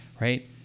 right